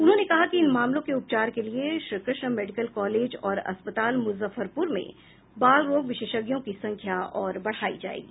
उन्होंने कहा कि इन मामलों के उपचार के लिए श्रीकृष्ण मेडिकल कॉलेज और अस्पताल मुजफ्फरपुर में बाल रोग विशेषज्ञों की संख्या और बढ़ाई जाएगी